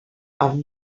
amb